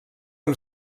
amb